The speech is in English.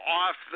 off